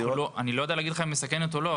אני לא יודע להגיד אם היא מסכנת או לא,